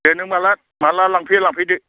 दे नों माला लांफैयो लांफैदो